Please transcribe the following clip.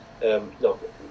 no